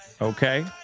Okay